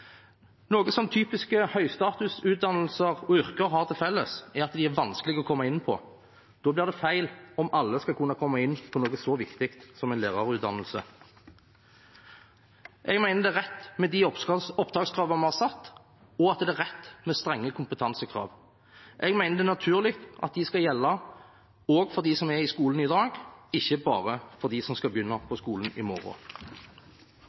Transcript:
Noe som typisk høystatusutdanninger og yrker har til felles, er at de er vanskelige å komme inn på. Da blir det feil om alle skal kunne komme inn på noe så viktig som en lærerutdanning. Jeg mener det er rett med de opptakskravene vi har satt, og at det er rett med strenge kompetansekrav. Jeg mener det er naturlig at de skal gjelde også for dem som er i skolen i dag, ikke bare for dem som skal begynne på skolen i morgen.